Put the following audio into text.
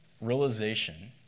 realization